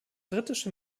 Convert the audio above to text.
britische